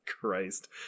Christ